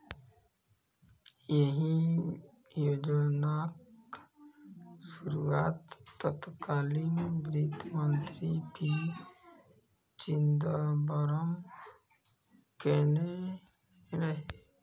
एहि योजनाक शुरुआत तत्कालीन वित्त मंत्री पी चिदंबरम केने रहै